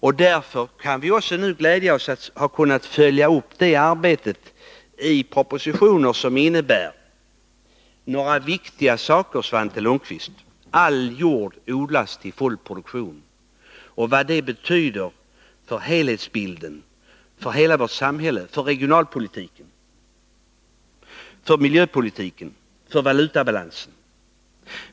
Och nu kan vi också glädja oss åt att ha kunnat följa upp det arbetet i propositioner som, Svante Lundkvist, innebär några viktiga saker. All jord odlas till full produktion. Det betyder en hel del för helhetsbilden, för hela vårt samhälle och för regionalpolitiken, miljöpolitiken och Nr 107 valutabalansen.